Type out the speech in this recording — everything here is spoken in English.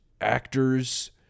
actors